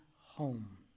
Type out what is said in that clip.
home